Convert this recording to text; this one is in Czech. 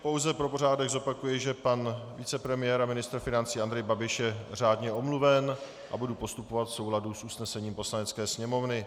Pouze pro pořádek zopakuji, že pan vicepremiér a ministr financí Andrej Babiš je řádně omluven, a budu postupovat v souladu s usnesením Poslanecké sněmovny.